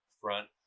front